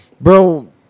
Bro